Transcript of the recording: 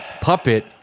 Puppet